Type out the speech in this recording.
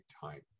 time